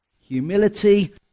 Humility